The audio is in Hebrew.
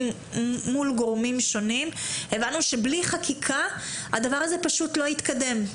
מול גורמים שונים הבנו שבלי חקיקה הדבר הזה פשוט לא יתקדם.